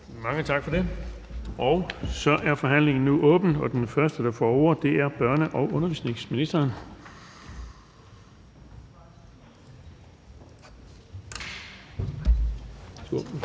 Mange tak for det. Forhandlingen er nu åbnet, og den første, der får ordet, er børne- og undervisningsministeren.